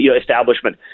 establishment